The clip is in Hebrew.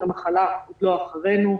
המחלה עוד לא אחרינו.